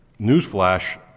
Newsflash